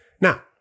Now